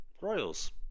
royals